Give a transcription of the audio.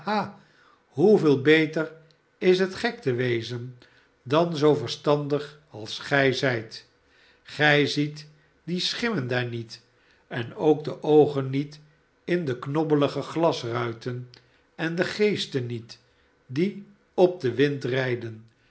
hoeveel betcr is het gek te wezen dan zoo verstandig als gij zijt gij ziet die schimmen daar niet en ook de oogen met in de knobbelige glasruiten en de geesten niet die op den wind rijden